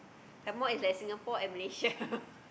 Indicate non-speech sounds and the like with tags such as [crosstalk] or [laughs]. some more it's like Singapore and Malaysia [laughs]